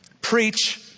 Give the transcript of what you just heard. Preach